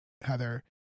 heather